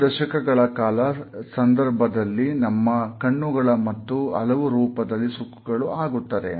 ಹಲವು ದಶಕಗಳ ಕಾಲ ಸಂದರ್ಭದಲ್ಲಿ ನಮ್ಮ ಕಣ್ಣುಗಳ ಸುತ್ತ ಹಲವು ರೂಪದಲ್ಲಿ ಸುಕ್ಕುಗಳು ಆಗುತ್ತದೆ